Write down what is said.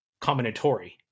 combinatory